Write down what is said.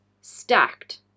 stacked